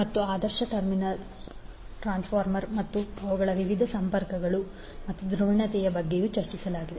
ಮತ್ತು ಆದರ್ಶ ಟ್ರಾನ್ಸ್ಫಾರ್ಮರ್ ಮತ್ತು ಅವುಗಳ ವಿವಿಧ ಸಂಪರ್ಕಗಳು ಮತ್ತು ಧ್ರುವೀಯತೆಯ ಬಗ್ಗೆಯೂ ಚರ್ಚಿಸಲಾಗಿದೆ